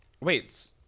wait